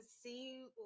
see